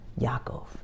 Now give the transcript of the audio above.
yaakov